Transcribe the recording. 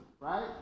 right